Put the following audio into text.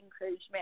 encouragement